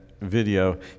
Video